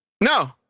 No